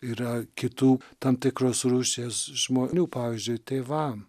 yra kitų tam tikros rūšies žmonių pavyzdžiui tėvam